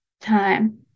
time